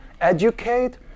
educate